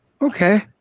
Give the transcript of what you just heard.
okay